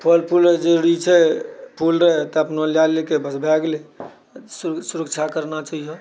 फल फूल जरूरी छै फूल रहय तऽ अपनो लए लेलकै बस भए गेलै सुरक्षा करना चाहिए